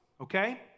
okay